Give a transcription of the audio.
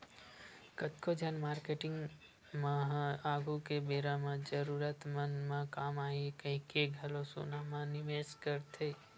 कतको झन मारकेटिंग मन ह आघु के बेरा म जरूरत म काम आही कहिके घलो सोना म निवेस करथे